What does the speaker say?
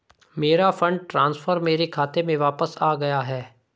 मेरा fund transfer मेरे खाते में वापस आ गया है